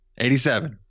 87